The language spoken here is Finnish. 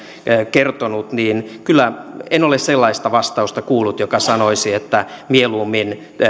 kertonut niin en ole kyllä sellaista vastausta kuullut joka sanoisi että mieluummin